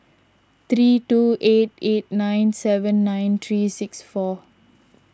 three two eight eight nine seven nine three six four